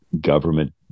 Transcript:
government